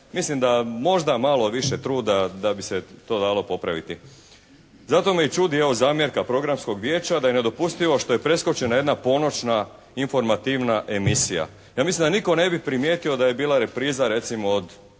mislim da možda malo više truda da bi se to dalo popraviti. Zato me i čudi, evo zamjerka Programskog vijeća da je nedopustivo što je preskočena jedna ponoćna informativna emisija. Ja mislim da nitko ne bi primijetio da je bila repriza